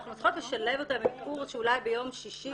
אנחנו צריכות לשלב אותן בקורס שאולי ביום שישי,